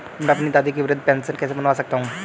मैं अपनी दादी की वृद्ध पेंशन कैसे बनवा सकता हूँ?